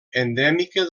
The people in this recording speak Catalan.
endèmica